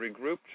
regrouped